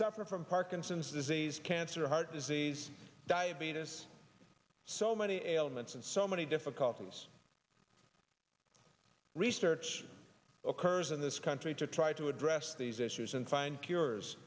suffer from parkinson's disease cancer heart disease diabetes so many ailments and so many difficulties research occurs in this country to try to address these issues and find cures